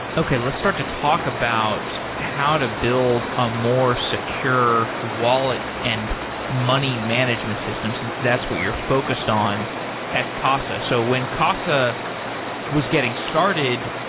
okay, let's start to talk about how to build a more secure wallet and money management system since that's what you're focused on at casa. so when casa was getting started,